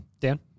Dan